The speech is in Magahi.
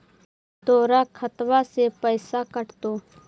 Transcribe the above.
तोर खतबा से पैसा कटतो?